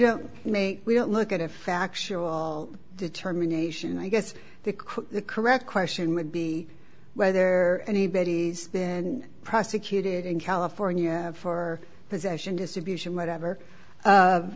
don't make we look at a fractional determination i guess the quote the correct question would be whether anybody's been prosecuted in california for possession distribution whatever